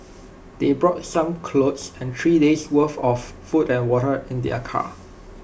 they brought some clothes and three days'worth of food and water in their car